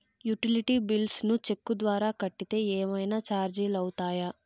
Utility bills ను cheque ద్వారా కట్టితే ఏమన్నా చార్జీలు అవుతాయా?